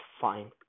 fine